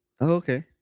Okay